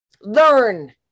Learn